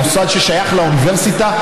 במוסד ששייך לאוניברסיטה,